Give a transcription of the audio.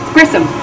Grissom